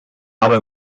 aber